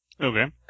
okay